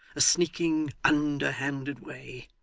a sneaking, underhanded way.